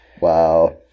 Wow